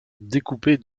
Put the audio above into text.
découpée